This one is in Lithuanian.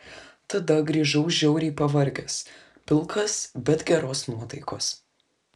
tada grįžau žiauriai pavargęs pilkas bet geros nuotaikos